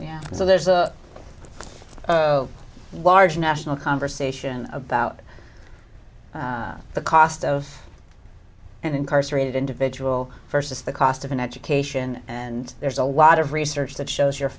yeah so there's a large national conversation about the cost of and incarcerated individual versus the cost of an education and there's a lot of research that shows you're